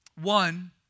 One